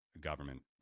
government